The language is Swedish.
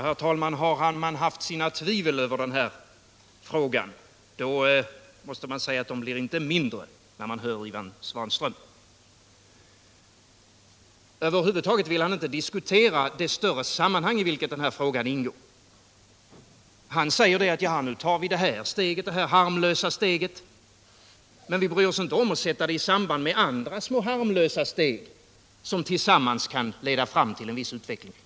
Herr talman! Har man haft sina tvivel förut, så måste jag säga att de blir inte mindre när man hör Ivan Svanström. Han vill över huvud taget inte diskutera det större sammanhang i vilket den här frågan ingår. Han säger: Nu tar vi det här harmlösa steget, och vi bryr oss inte om att sätta det i samband med andra små harmlösa steg som tillsammans kan leda fram till en viss utveckling.